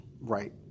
right